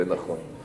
זה נכון.